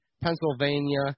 Pennsylvania